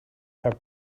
have